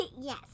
Yes